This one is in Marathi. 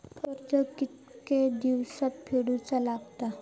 कर्ज कितके दिवसात फेडूचा लागता?